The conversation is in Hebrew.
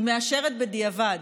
היא מאשרת בדיעבד,